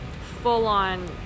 full-on